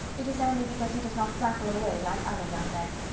it is only because he does not rattle away like other young men.